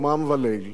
הקלת על מכאוביו